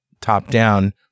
top-down